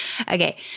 Okay